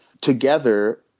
together